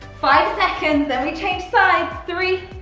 five seconds, then we change sides. three,